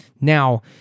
now